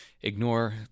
ignore